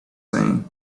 saying